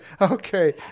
Okay